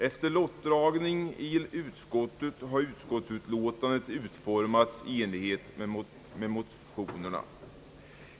Efter lottdragning i utskottet har utskottsutlåtandet utformats i enlighet med motionen.